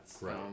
right